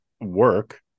work